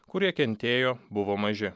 kurie kentėjo buvo maži